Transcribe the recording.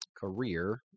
career